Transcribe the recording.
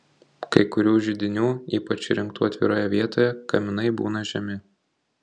kai kurių židinių ypač įrengtų atviroje vietoje kaminai būna žemi